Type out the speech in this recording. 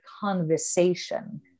conversation